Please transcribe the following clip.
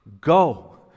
go